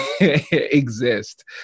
exist